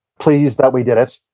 pleased that we did it,